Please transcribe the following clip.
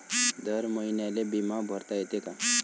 दर महिन्याले बिमा भरता येते का?